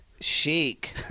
Chic